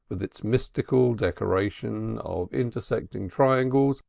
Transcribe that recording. with its mystical decoration of intersecting triangles,